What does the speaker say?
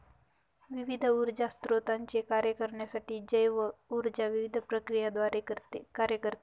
विविध ऊर्जा स्त्रोतांचे कार्य करण्यासाठी जैव ऊर्जा विविध प्रक्रियांद्वारे कार्य करते